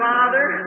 Father